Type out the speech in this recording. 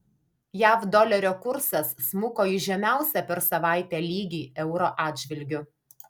jav dolerio kursas smuko į žemiausią per savaitę lygį euro atžvilgiu